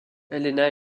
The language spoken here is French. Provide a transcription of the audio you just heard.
elena